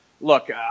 look